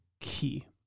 key